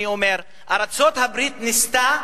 אני אומר שארצות-הברית ניסתה,